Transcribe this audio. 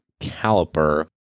caliper